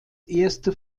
erste